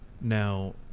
Now